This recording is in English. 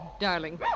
Darling